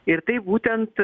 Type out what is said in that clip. ir tai būtent